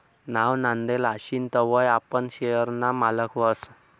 नाव नोंदेल आशीन तवय आपण शेयर ना मालक व्हस